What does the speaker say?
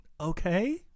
okay